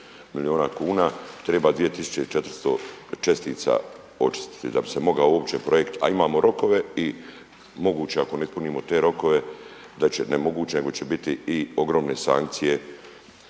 milijuna kuna treba 2.400 čestica očistiti da bi se mogao uopće projekt, a imamo rokove i moguće ako ne ispunimo te rokove, ne moguće, nego će biti i ogromne sankcije